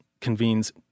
convenes